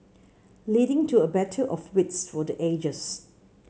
leading to a battle of wits for the ages